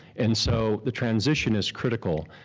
and so the transition is critical.